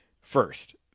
First